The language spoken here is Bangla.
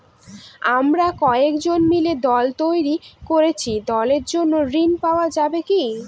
আমরা কয়েকজন মিলে দল তৈরি করেছি দলের জন্য ঋণ পাওয়া যাবে কি?